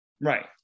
Right